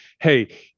Hey